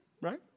right